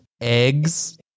eggs